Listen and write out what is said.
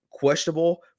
questionable